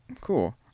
Cool